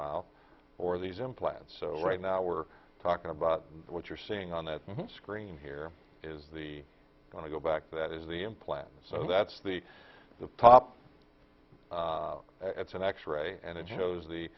mouth or these implants so right now we're talking about what you're seeing on the screen here is the going to go back that is the implant so that's the the top that's an x ray and it shows the